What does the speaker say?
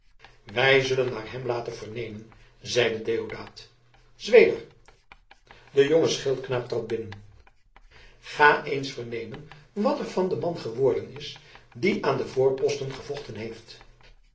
wij zullen naar hem laten vernemen zeide deodaat zweder de jonge schildknaap trad binnen ga eens vernemen wat er van den man geworden is die aan de voorposten gevochten heeft